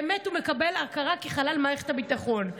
הוא באמת מקבל הכרה כחלל מערכת הביטחון.